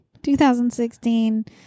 2016